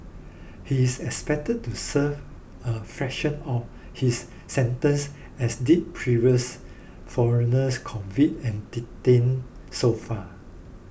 he is expected to serve a fraction of his sentence as did previous foreigners convicted and detained so far